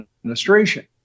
administration